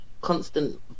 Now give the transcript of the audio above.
constant